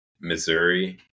Missouri